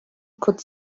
could